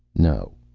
no,